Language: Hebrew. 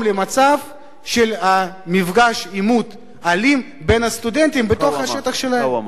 למצב עימות אלים בין הסטודנטים בתוך השטח שלה.